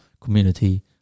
community